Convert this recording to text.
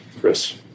Chris